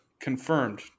confirmed